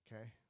Okay